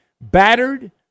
battered